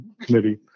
committee